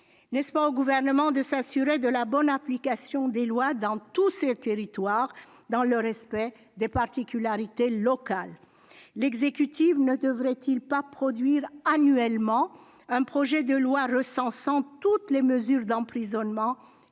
N'est-ce pas au Gouvernement de s'assurer de la bonne application des lois dans tous ses territoires, dans le respect des particularités locales ? L'exécutif ne devrait-il pas produire annuellement un projet de loi recensant toutes les mesures d'emprisonnement